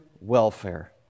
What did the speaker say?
welfare